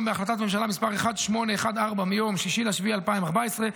בהחלטת ממשלה מס' 1814 מיום 6 ביולי 2014,